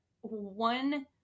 one